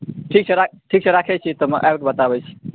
ठीक छै राखै छी समय आबि कऽ बताबै छी